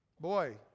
Boy